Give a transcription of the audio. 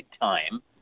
time